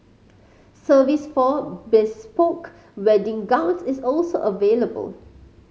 service for bespoke wedding gowns is also available